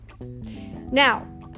now